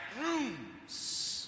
rooms